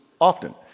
often